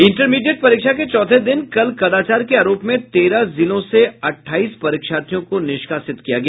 intermediate परीक्षा के चौथे दिन कल कदाचार के आरोप में तेरह जिलों में अट्ठाईस परीक्षार्थियों को निष्कासित किया गया